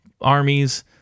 armies